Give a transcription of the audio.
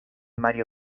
mario